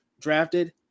drafted